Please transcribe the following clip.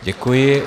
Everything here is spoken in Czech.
Děkuji.